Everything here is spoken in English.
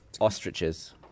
ostriches